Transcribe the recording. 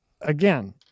again